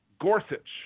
Gorsuch